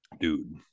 Dude